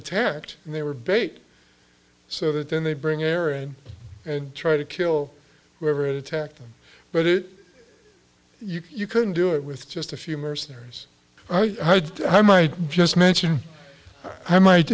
attacked and they were bait so that then they bring air in and try to kill whoever attacked them but it you couldn't do it with just a few mercenaries i might just mention i might